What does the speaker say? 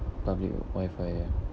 public wifi